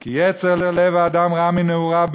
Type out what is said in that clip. כי יצר לב האדם רע מנעוריו,